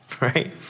right